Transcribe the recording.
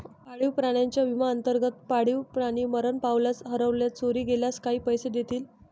पाळीव प्राण्यांच्या विम्याअंतर्गत, पाळीव प्राणी मरण पावल्यास, हरवल्यास, चोरी गेल्यास काही पैसे देतील